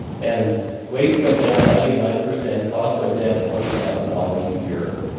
and waste went down ninety nine percent, cost went down twenty thousand dollars a year.